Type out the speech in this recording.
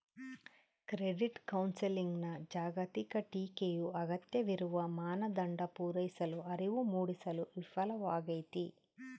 credit ಕೌನ್ಸೆಲಿಂಗ್ನ ಜಾಗತಿಕ ಟೀಕೆಯು ಅಗತ್ಯವಿರುವ ಮಾನದಂಡ ಪೂರೈಸಲು ಅರಿವು ಮೂಡಿಸಲು ವಿಫಲವಾಗೈತಿ